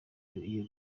iyo